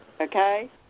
okay